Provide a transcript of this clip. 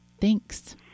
Thanks